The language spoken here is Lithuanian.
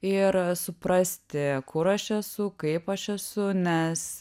ir suprasti kur aš esu kaip aš esu nes